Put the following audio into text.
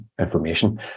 information